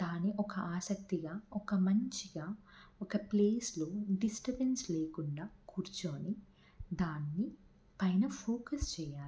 దాని ఒక ఆసక్తిగా ఒక మంచిగా ఒక ప్లేస్లో డిస్ట్రబెన్స్ లేకుండా కూర్చొని దాన్ని పైన ఫోకస్ చెయ్యాలి